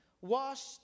washed